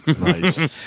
Nice